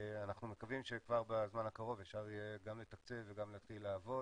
אנחנו מקווים שכבר בזמן הקרוב אפשר יהיה גם לתקצב וגם להתחיל לעבוד